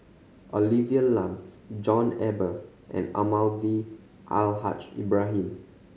Olivia Lum John Eber and Almahdi Al Haj Ibrahim